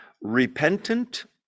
repentant